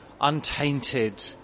untainted